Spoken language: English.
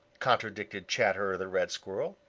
contradicted chatterer the red squirrel.